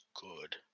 good